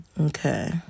Okay